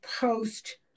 post